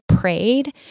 prayed